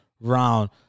round